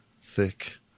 thick